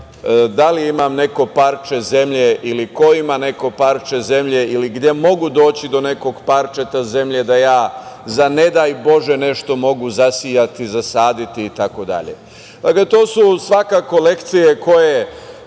da li imam neko parče zemlje ili ko ima neko parče zemlje ili gde mogu doći do nekog parčeta zemlje da ja za ne daj Bože nešto mogu zasejati, zasaditi itd. Dakle, to su svakako lekcije koje